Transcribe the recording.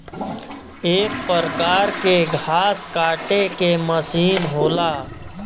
एक परकार के घास काटे के मसीन होला